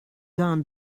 gone